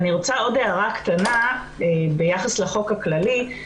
אני רוצה עוד הערה קטנה ביחס לחוק הכללי.